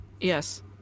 yes